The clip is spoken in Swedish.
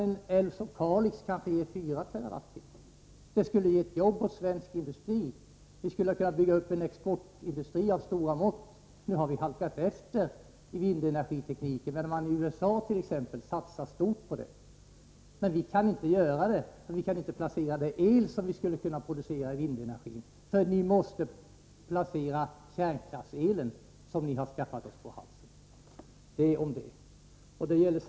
En älv som Kalix älv kanske ger 4 TWh. Det skulle ha gett jobb inom svensk industri. Vi skulle ha kunnat bygga upp en exportindustri av stora mått. Nu har vi halkat efter på vindenergiteknikens område, medan man i t.ex. USA satsar stort på denna teknik. Vi kan emellertid inte göra det, för vi kan inte placera den el som skulle kunna produceras med hjälp av vindenergin, eftersom ni måste placera den kärnkraftsel som ni har skaffat oss på halsen.